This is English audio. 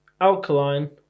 alkaline